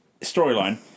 storyline